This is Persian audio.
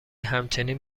همچنین